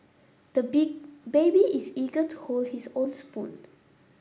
the big baby is eager to hold his own spoon